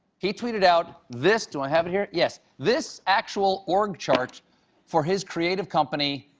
he tweeted out this do i have it here? yes. this actual org chart for his creative company,